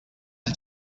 els